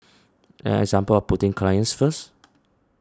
an example of putting clients first